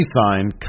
signed